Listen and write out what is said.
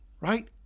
right